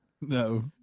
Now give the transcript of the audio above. No